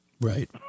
Right